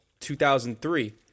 2003